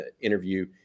interview